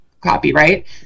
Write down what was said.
copyright